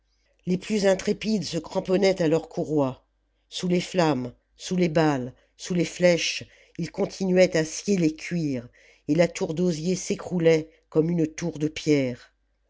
les plus intrépides se cramponnaient à leurs courroies sous les flammes sous les balles sous les flèches ils continuaient à scier les cuirs et la tour d'osier s'écroulait comme une tour de pierres